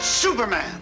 Superman